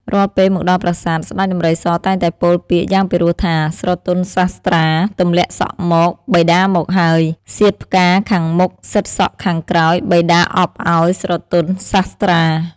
រាល់ពេល មកដល់ប្រាសាទ ស្តេចដំរីសតែងតែពោលពាក្យយ៉ាងពីរោះថា ស្រទន់សាស្ត្រា ទម្លាក់សក់មក បិតាមកហើយ សៀតផ្កាខាងមុខ សិតសក់ខាងក្រោយ បិតាអប់ឱ្យ ស្រទន់សាស្ត្រា ។